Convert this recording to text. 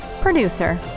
producer